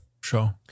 Sure